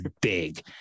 big